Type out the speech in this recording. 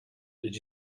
did